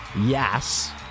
yes